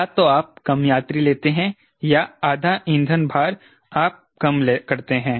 या तो आप कम यात्री लेते हैं या आधा ईंधन भार आप कम करते हैं